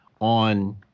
on